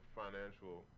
financial